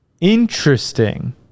Interesting